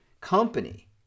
company